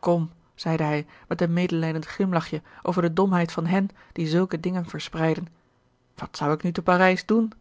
kom zeide hij met een medelijdend glimlachje gerard keller het testament van mevrouw de tonnette over de domheid van hen die zulke dingen verspreiden wat zou ik nu te parijs doen